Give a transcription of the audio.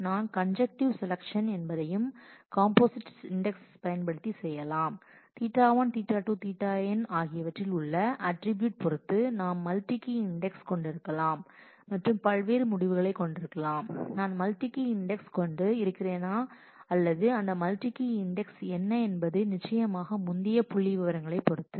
நாங்கள் conjunctive selection என்பதையும் composite index பயன்படுத்தி செய்யலாம் Ɵ1 Ɵ2 Ɵn ஆகியவற்றில் உள்ள அட்ரிபியூட் பொறுத்து நாம் மல்டி கீ இண்டெக்ஸ் கொண்டிருக்கலாம் மற்றும் பல்வேறு முடிவுகளை கொண்டிருக்கலாம் நான் மல்டி கீ இண்டெக்ஸ் கொண்டு இருக்கிறேனா அல்லது அந்த மல்டிகீ இண்டெக்ஸ் என்ன என்பது நிச்சயமாக முந்தைய புள்ளிவிவரங்களைப் பொறுத்தது